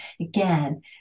again